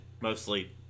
mostly